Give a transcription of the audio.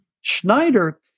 Schneider